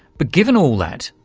but given all that,